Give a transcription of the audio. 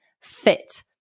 fit